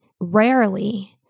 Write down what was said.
rarely